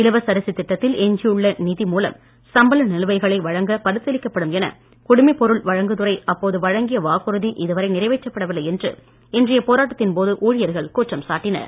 இலவச அரிசி திட்டத்தில் எஞ்சியுள்ள நிதி மூலம் சம்பள நிலுவைகளை வழங்க பரிசீலிக்கப்படும் என குடிமைப்பொருள் வழங்குதுறை அப்போது வழங்கிய வாக்குறுதி இதுவரை நிறைவேற்றப்படவில்லை என்று இன்றைய போராட்டத்தின் போது ஊழியர்கள் குற்றம் சாட்டினர்